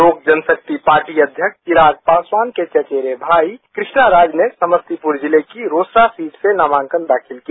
लोक जनशक्ति पार्टी अध्यक्ष चिराग पासवान के चचेरे भाई कृष्णा राज ने समस्तीपुर जिले की रोसडा सीट से नामांकन दाखिल किया